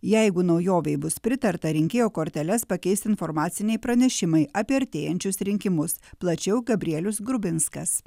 jeigu naujovei bus pritarta rinkėjo korteles pakeis informaciniai pranešimai apie artėjančius rinkimus plačiau gabrielius grubinskas